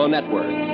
Network